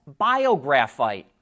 biographite